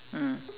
mm